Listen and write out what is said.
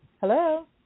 Hello